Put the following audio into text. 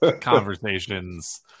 conversations